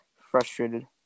frustrated